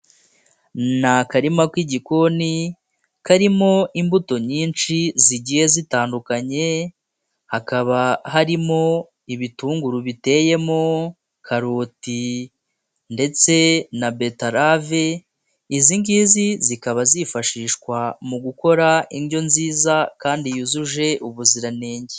Ni akarima k'igikoni ,karimo imbuto nyinshi zigiye zitandukanye ,hakaba harimo ibitunguru biteyemo, karoti ndetse na beterave, izi ngizi zikaba zifashishwa mu gukora indyo nziza kandi yujuje ubuziranenge.